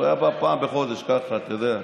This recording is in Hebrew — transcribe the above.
הוא היה בא פעם בחודש, ככה, אתה יודע.